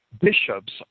bishops